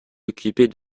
occuper